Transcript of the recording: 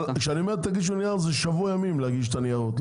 כשאני אומר להגיש לנו נייר זה שבוע ימים להגיש את הניירות,